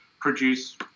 Produce